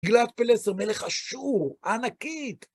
גלעד פלסו, מלך אשור, ענקית!